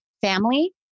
family